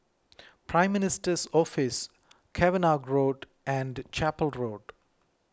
Prime Minister's Office Cavenagh Road and Chapel Road